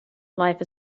life